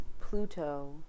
Pluto